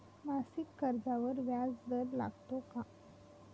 मासिक कर्जावर व्याज दर लागतो का?